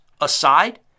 aside